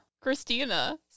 Christina